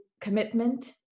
commitment